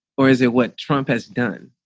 or is it what trump has done?